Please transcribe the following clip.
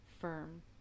firm